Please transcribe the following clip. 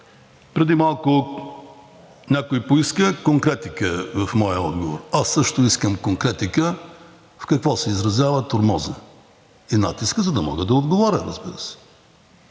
Преди малко някой поиска конкретика в моя отговор. Аз също искам конкретика – в какво се изразява тормозът и натискът, за да мога да отговоря, разбира се.